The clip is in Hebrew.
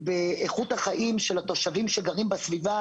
באיכות החיים של התושבים שגרים בסביבה,